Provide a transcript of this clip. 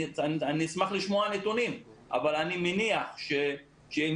אני אשמח לשמוע נתונים אבל אני מניח שאם